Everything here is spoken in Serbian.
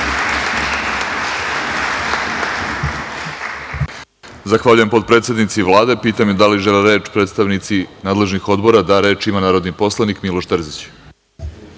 Zahvaljujem, potpredsednici Vlade. Pitam da li žele reč predstavnici nadležnih odbora? (Da.)Reč ima narodni poslanik Miloš Terzić.